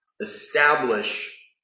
Establish